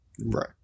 right